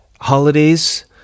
holidays